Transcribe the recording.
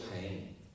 pain